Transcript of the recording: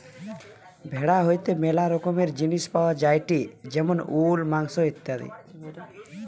ভেড়া হইতে ম্যালা রকমের জিনিস পাওয়া যায়টে যেমন উল, মাংস ইত্যাদি